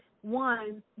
One